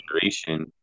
generation